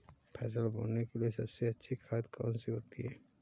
फसल बोने के लिए सबसे अच्छी खाद कौन सी होती है?